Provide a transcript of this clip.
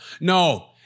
no